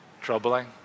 troubling